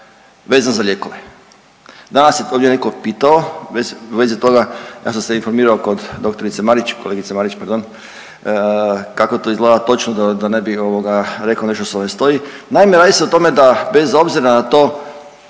vezan za lijekove. Danas je to ovdje netko pitao u vezi toga, ja sam se informirao kod doktorice Marić, kolegice Marić pardon, kako to izgleda točno da ne bi rekao ovoga nešto što ne stoji. Naime, radi se o tome da bez obzira na to